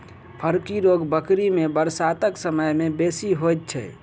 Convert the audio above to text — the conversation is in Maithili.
फड़की रोग बकरी मे बरसातक समय मे बेसी होइत छै